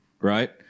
right